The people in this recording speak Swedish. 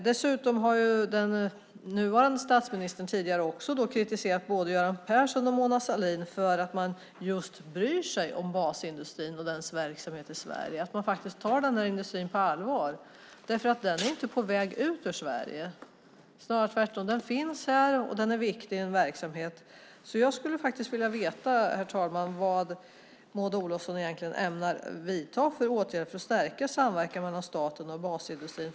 Dessutom har den nuvarande statministern tidigare kritiserat både Göran Persson och Mona Sahlin för att de bryr sig om basindustrin och dess verksamhet i Sverige och tar den industrin på allvar. Den är inte på väg ut ur Sverige. Det är snarare tvärtom. Den finns här, och den är viktig. Herr talman! Jag skulle vilja veta vilka åtgärder Maud Olofsson egentligen ämnar vidta för att stärka samverkan mellan staten och basindustrin.